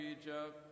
Egypt